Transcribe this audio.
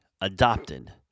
adopted